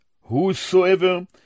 Whosoever